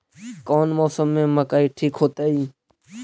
कौन मौसम में मकई ठिक होतइ?